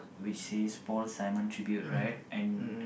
which says Paul-Simon Tribute right and